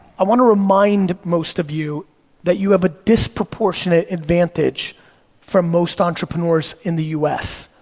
i wanna remind most of you that you have a disproportionate advantage from most entrepreneurs in the u s,